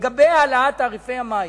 לגבי העלאת תעריפי המים,